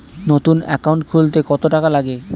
নতুন একাউন্ট খুলতে কত টাকা লাগে?